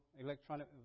electronic